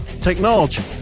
technology